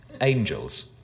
Angels